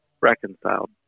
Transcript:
reconciled